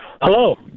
Hello